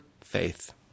faith